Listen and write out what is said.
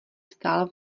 stál